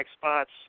spots